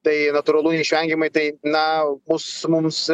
tai natūralu neišvengiamai tai na bus mums